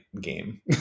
game